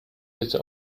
bitte